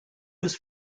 was